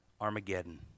Armageddon